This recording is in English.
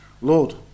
Lord